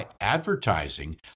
Advertising